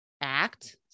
ACT